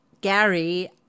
Gary